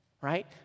right